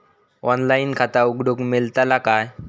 Online खाता उघडूक मेलतला काय?